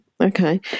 okay